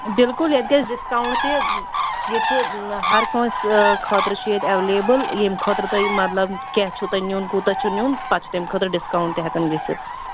بلکُل ییٚتہِ گَژھِ ڈِسکاوُنٛٹ تہِ ییٚتہِ چھُ ہر کانٛسہِ خٲطرٕ چھِ ییٚتہِ ایویلیبل ییٚمہِ خٲطرٕ تۄہہِ مطلب کیٚنٛہہ چھُو تۄہہِ نِیُن کوٗتاہ چھُو تۄہہِ نیُن پتہٕ چھُ تمہِ خٲطرٕ ڈِسکاوُنٛٹ تہِ ہٮ۪کان گٔژھِتھ